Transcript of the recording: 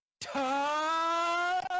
Ta